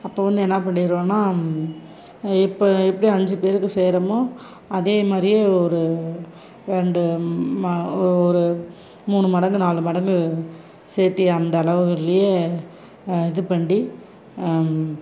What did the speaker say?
அப்போ வந்து என்ன பண்ணிடுவேன்னா இப்போ எப்படி அஞ்சு பேருக்கு செய்கிறமோ அதே மாதிரியே ஒரு ரெண்டு ஒரு மூணு மடங்கு நாலு மடங்கு சேத்து அந்த அளவுகள்லேயே இது பண்ணி